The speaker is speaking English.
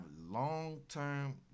long-term